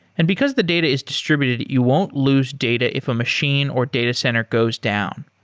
and because the data is distributed, you won't lose data if a machine or data center goes down.